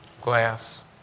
glass